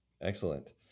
Excellent